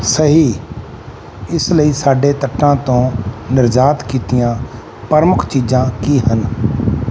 ਸਹੀ ਇਸ ਲਈ ਸਾਡੇ ਤੱਟਾਂ ਤੋਂ ਨਿਰਯਾਤ ਕੀਤੀਆਂ ਪ੍ਰਮੁੱਖ ਚੀਜ਼ਾਂ ਕੀ ਹਨ